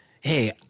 hey